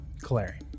Clary